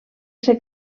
ser